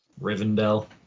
Rivendell